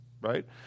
right